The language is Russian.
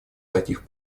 таких